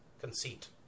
conceit